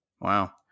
wow